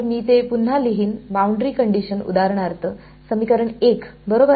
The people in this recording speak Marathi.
तर मी ते पुन्हा लिहीन बाउंड्री कंडिशन उदाहरणार्थ समीकरण 1 बरोबर